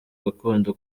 gakondo